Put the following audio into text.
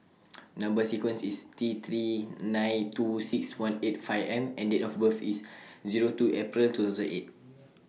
Number sequence IS T three nine two six one eight five M and Date of birth IS Zero two April two thousand eight